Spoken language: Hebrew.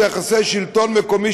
זה יחסי שלטון מקומי,